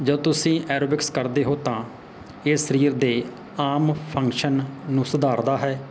ਜਦੋਂ ਤੁਸੀਂ ਐਰੋਬਿਕਸ ਕਰਦੇ ਹੋ ਤਾਂ ਇਹ ਸਰੀਰ ਦੇ ਆਮ ਫੰਕਸ਼ਨ ਨੂੰ ਸੁਧਾਰਦਾ ਹੈ